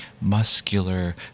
muscular